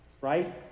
Right